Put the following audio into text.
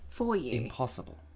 impossible